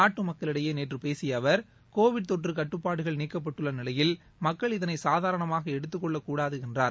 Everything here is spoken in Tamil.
நாட்டு மக்களிடையே நேற்று பேசிய அவர் கோவிட் தொற்று கட்டுப்பாடுகள் நீக்கப்பட்டுள்ள நிலையில் மக்கள் இதனை சாதாரணமாக எடுத்துப் கொள்ளக் கூடாது என்றார்